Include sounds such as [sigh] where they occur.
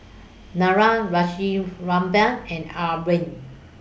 Niraj Rajaratnam and [unintelligible]